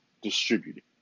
distributed